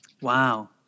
wow